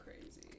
crazy